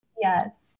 yes